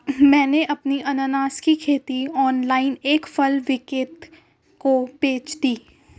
मैंने अपनी अनन्नास की खेती ऑनलाइन एक फल विक्रेता को बेच दी